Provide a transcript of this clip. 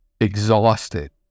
exhausted